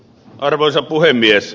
arvoisa puhemies